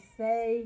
say